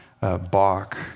Bach